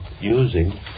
using